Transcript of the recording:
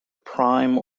prime